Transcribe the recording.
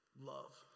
love